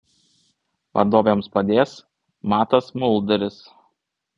vadovėms padės matas muldaris